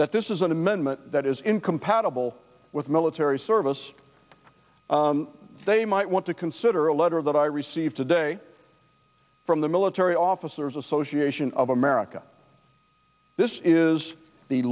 that this is an amendment that is incompatible with military service they might want to consider a letter that i received today from the military officers association of america this is the